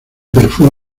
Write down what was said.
perfume